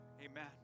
Amen